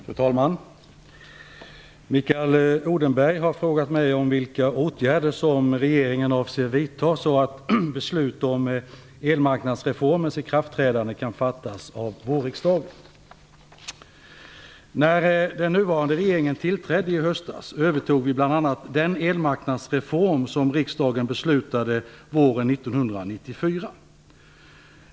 Fru talman! Mikael Odenberg har frågat mig om vilka åtgärder som regeringen avser vidta så att beslut om elmarknadsreformens ikraftträdande kan fattas av vårriksdagen. När den nuvarande regeringen tillträdde i höstas övertog vi bl.a. den elmarknadsreform som riksdagen beslutade om våren 1994.